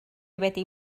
wedi